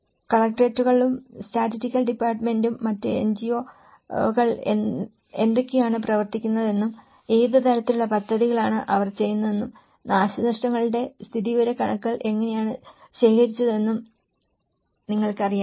കളക്ടറേറ്റുകളും statistical ഡിപ്പാർട്ട്മെന്റും മറ്റ് എൻജിഒകൾ എന്തൊക്കെയാണ് പ്രവർത്തിക്കുന്നതെന്നും ഏത് തരത്തിലുള്ള പദ്ധതികളാണ് അവർ ചെയ്യുന്നതെന്നും നാശനഷ്ടങ്ങളുടെ സ്ഥിതിവിവരക്കണക്കുകൾ എങ്ങനെയാണ് ശേഖരിച്ചതെന്നും നിങ്ങൾക്ക് അറിയാമോ